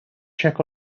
check